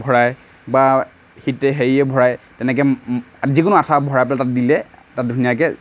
ভৰাই বা সেইটোৱে হেৰিয়ে ভৰাই তেনেকৈ যিকোনো আঠা ভৰাই তাত দিলে তাত ধুনীয়াকৈ